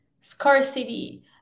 scarcity